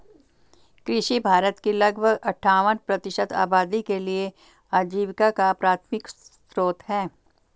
कृषि भारत की लगभग अट्ठावन प्रतिशत आबादी के लिए आजीविका का प्राथमिक स्रोत है